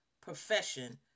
profession